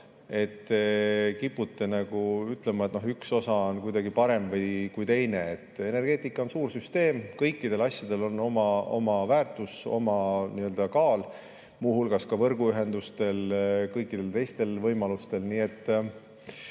et kipute ütlema, et üks osa on kuidagi parem kui teine. Energeetika on suur süsteem, kõikidel asjadel on oma väärtus, oma kaal, muu hulgas võrguühendustel, kõikidel teistel võimalustel.